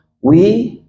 we